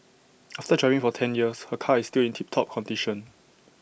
after driving for ten years her car is still in tip top condition